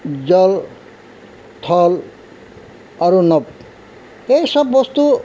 জল থল আৰু নভ এই চব বস্তু